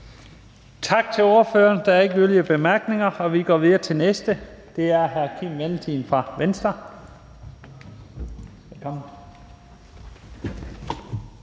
Tak til ordføreren. Der er ikke yderligere bemærkninger, og vi går videre til den næste, og det er hr. Kim Valentin fra Venstre.